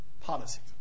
policies